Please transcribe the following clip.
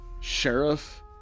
sheriff